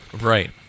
Right